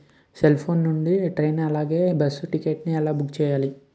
Cell phone నుండి train అలాగే bus ticket ఎలా బుక్ చేసుకోవాలి?